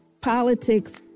politics